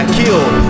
killed